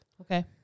Okay